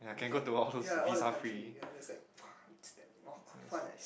we can ya all the country ya that's like !wah! quite fun leh actually